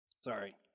Sorry